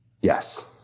Yes